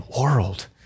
world